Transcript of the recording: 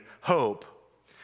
hope